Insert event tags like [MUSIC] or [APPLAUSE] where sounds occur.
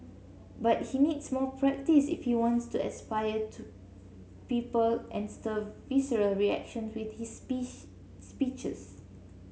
but he needs more practise if he wants to inspire to people and stir visceral reaction with his [UNINTELLIGIBLE] speeches